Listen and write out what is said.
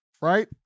Right